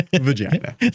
Vagina